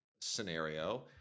scenario